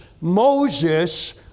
Moses